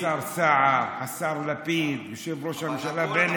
השר סער, השר לפיד וראש הממשלה בנט.